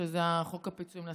שזה חוק הפיצויים לעסקים.